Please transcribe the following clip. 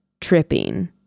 tripping